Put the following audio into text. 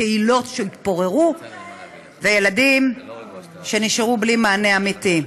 קהילות שהתפוררו וילדים שנשארו בלי מענה אמיתי.